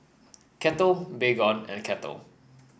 Kettle Baygon and Kettle